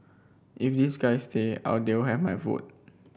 if these guy stay I'll have my food